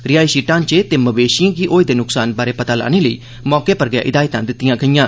रिहायशी ढ़ांचें ते मवेशिए गी होए दे नुक्सान बारे पता लाने लेई मौके उप्पर हिदायतां दित्तियां गेईयां